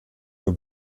nur